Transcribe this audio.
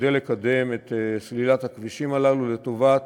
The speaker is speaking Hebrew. כדי לקדם את סלילת הכבישים הללו לטובת